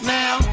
now